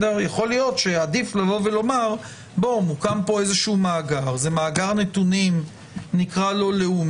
יכול להיות שעדיף לומר: מוקם פה מאגר נתונים לאומי,